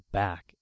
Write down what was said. back